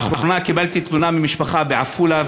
לאחרונה קיבלתי תלונה ממשפחה בעפולה,